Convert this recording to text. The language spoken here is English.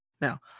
Now